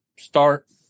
start